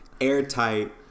Airtight